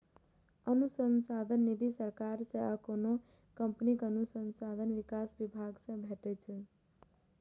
अनुसंधान निधि सरकार सं आ कोनो कंपनीक अनुसंधान विकास विभाग सं भेटै छै